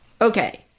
okay